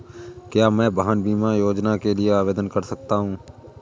क्या मैं वाहन बीमा योजना के लिए आवेदन कर सकता हूँ?